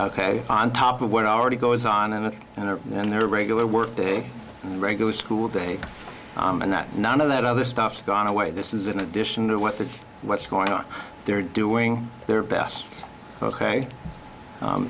ok on top of what already goes on and on and then their regular workday and regular school day and that none of that other stuff gone away this is in addition to what the what's going on they're doing their best ok